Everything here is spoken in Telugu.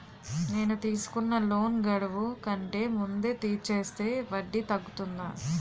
నేను తీసుకున్న లోన్ గడువు కంటే ముందే తీర్చేస్తే వడ్డీ తగ్గుతుందా?